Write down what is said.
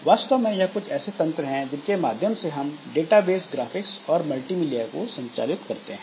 वास्तव में यह कुछ ऐसे तंत्र हैं जिनके माध्यम से हम डेटाबेस ग्राफिक्स और मल्टीमीडिया को संचालित करते हैं